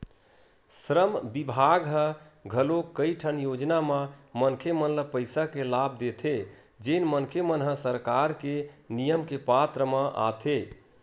श्रम बिभाग ह घलोक कइठन योजना म मनखे मन ल पइसा के लाभ देथे जेन मनखे मन ह सरकार के नियम के पात्र म आथे